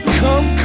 come